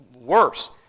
worse